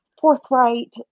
forthright